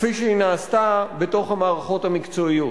כפי שהיא נעשתה בתוך המערכות המקצועיות,